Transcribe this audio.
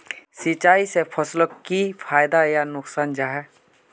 सिंचाई से फसलोक की फायदा या नुकसान जाहा?